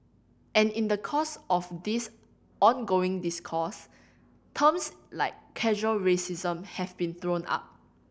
and in the course of this ongoing discourse terms like casual racism have been thrown up